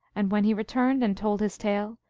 and when he returned and told his tale,